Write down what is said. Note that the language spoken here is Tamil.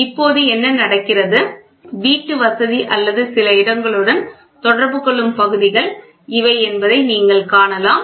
இப்போது என்ன நடக்கிறது வீட்டுவசதி அல்லது சில இடங்களுடன் தொடர்பு கொள்ளும் பகுதிகள் இவை என்பதை நீங்கள் காணலாம்